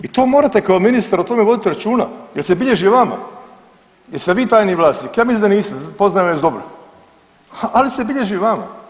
I to morate kao ministar o tome voditi računa jer se bilježi vama jel ste vi tajni vlasnik, ja mislim da niste, poznajem vas dobro, ali se bilježi vama.